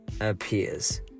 appears